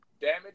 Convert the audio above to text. damage